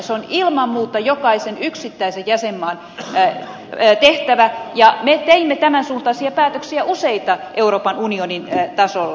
se on ilman muuta jokaisen yksittäisen jäsenmaan tehtävä ja me teimme tämänsuuntaisia päätöksiä useita euroopan unionin tasolla